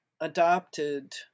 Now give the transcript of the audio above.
adopted